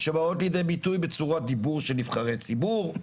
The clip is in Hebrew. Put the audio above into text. שבאות לידי ביטוי בצורת דיבור של נבחרי ציבור.